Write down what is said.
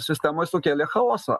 sistemoj sukėlė chaosą